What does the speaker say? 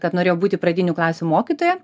kad norėjau būti pradinių klasių mokytoja